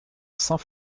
saint